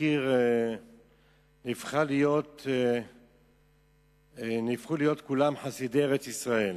קיר נהפכו להיות כולם חסידי ארץ-ישראל,